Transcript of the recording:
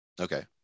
okay